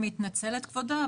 אני מתנצלת כבודו,